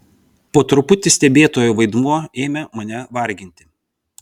po truputį stebėtojo vaidmuo ėmė mane varginti